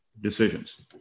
decisions